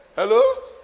Hello